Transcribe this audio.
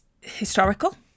historical